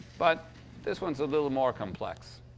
but this one's a little more complex.